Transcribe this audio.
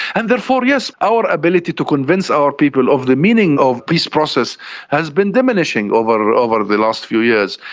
and therefore, yes, our ability to convince our people of the meaning of peace process has been diminishing over over the last few years.